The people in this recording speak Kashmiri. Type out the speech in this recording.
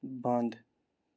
بنٛد